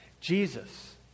Jesus